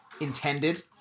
intended